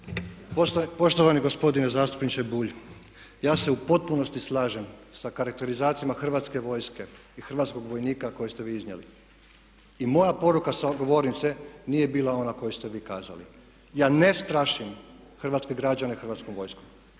Poštovani gospodine zastupniče Bulj, ja se u potpunosti slažem sa karakterizacijama Hrvatske vojske i hrvatskog vojnika koji ste vi iznijeli. I moja poruka sa govornice nije bila ona koju ste vi kazali. Ja ne strašim hrvatske građane Hrvatskom vojskom,